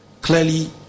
Clearly